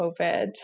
covid